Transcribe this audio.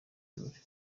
birori